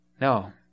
No